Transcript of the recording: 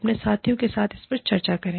अपने साथियों के साथ इस पर चर्चा करें